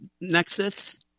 Nexus